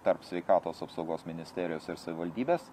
tarp sveikatos apsaugos ministerijos ir savivaldybės